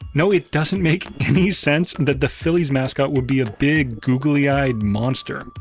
no, it doesn't make any sense that the phillies mascot would be a big googly-eyed monster,